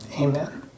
Amen